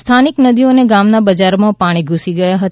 સ્થઆનિક નદીઓ અને ગામના બજારોમાં પાણી ધૂસી ગયા છે